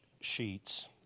Sheets